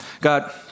God